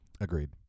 Agreed